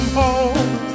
home